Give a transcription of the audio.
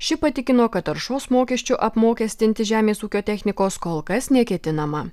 ši patikino kad taršos mokesčiu apmokestinti žemės ūkio technikos kol kas neketinama